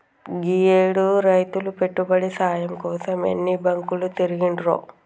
గీయేడు రైతులు పెట్టుబడి సాయం కోసం ఎన్ని బాంకులు తిరిగిండ్రో